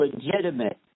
legitimate